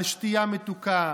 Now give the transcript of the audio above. על שתייה מתוקה,